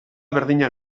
berdina